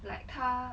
like 他